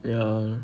ya